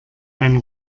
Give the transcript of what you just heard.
einen